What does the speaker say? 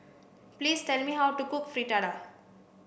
please tell me how to cook Fritada